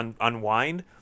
unwind